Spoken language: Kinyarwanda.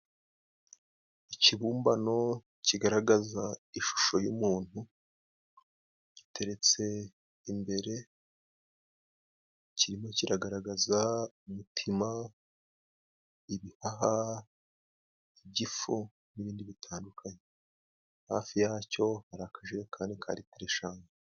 Ikibumbano kigaragaza ishusho y'umuntu giteretse imbere kirimo kigaragaza umutima, ibihaha, igifu n'ibindi bitandukanye hafi yacyo hari akajerekani kandi karitiro eshanu.